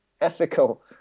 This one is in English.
ethical